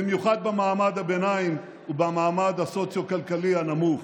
במיוחד במעמד הביניים ובמעמד הסוציו-כלכלי הנמוך.